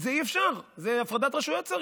אי-אפשר, צריך הפרדת רשויות.